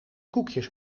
koekjes